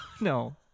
No